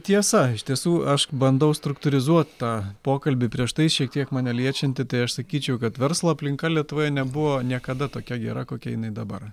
tiesa iš tiesų aš bandau struktūrizuot tą pokalbį prieš tai šiek tiek mane liečiantį tai aš sakyčiau kad verslo aplinka lietuvoje nebuvo niekada tokia gera kokia jinai dabar